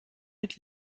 mit